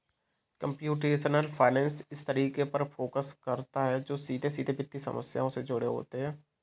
computational finance इन तरीकों पर फोकस करता है जो सीधे वित्तीय समस्याओं से जुड़े होते हैं